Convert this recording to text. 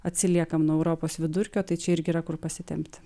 atsiliekam nuo europos vidurkio tai čia irgi yra kur pasitempti